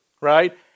right